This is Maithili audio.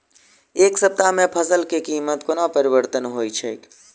एक सप्ताह मे फसल केँ कीमत कोना परिवर्तन होइ छै?